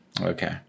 okay